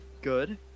good